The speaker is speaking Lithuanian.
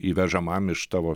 įvežamam iš tavo